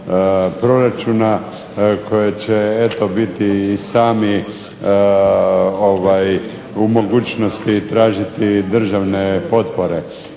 proračuna koje će eto biti i sami u mogućnosti tražiti državne potpore.